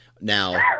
Now